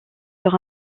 sur